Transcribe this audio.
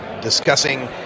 discussing